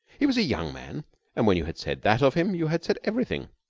he was a young man and when you had said that of him you had said everything.